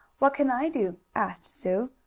what can i do? asked sue.